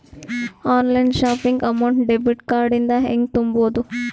Online shopping amount debit card ಇಂದ ಹೆಂಗ್ ತುಂಬೊದು?